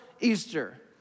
Easter